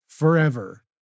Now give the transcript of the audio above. forever